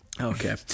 Okay